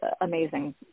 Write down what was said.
amazing